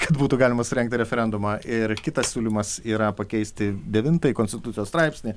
kad būtų galima surengti referendumą ir kitas siūlymas yra pakeisti devintąjį konstitucijos straipsnį